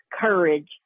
courage